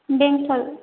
बेंटल